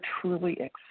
truly